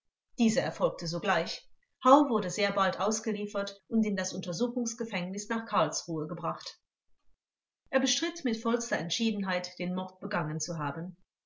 diese erfolgte sogleich hau wurde sehr bald ausgeliefert und in das untersuchungsgefängnis nach karlsruhe gebracht er bestritt mit vollster entschiedenheit den mord begangen zu haben